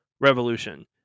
Revolution